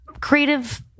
creative